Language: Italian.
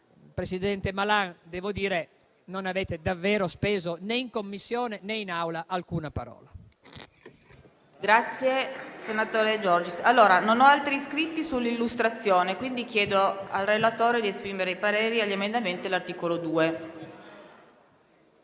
presidente Malan, non avete davvero speso, né in Commissione né in Aula, alcuna parola.